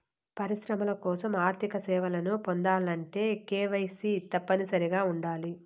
పరిశ్రమల కోసం ఆర్థిక సేవలను పొందాలంటే కేవైసీ తప్పనిసరిగా ఉండాలి